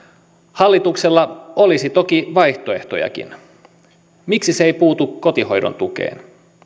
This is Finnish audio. hallituksella olisi toki vaihtoehtojakin miksi se ei puutu kotihoidon tukeen